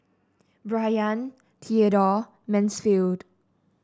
Brayan Theadore Mansfield